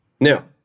Now